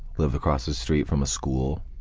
lived across the street from a school.